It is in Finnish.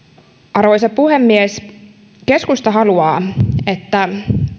arvoisa puhemies keskusta haluaa että